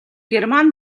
герман